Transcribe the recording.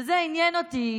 וזה עניין אותי,